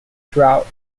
throughout